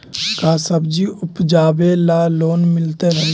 का सब्जी उपजाबेला लोन मिलै हई?